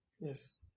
yes